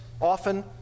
often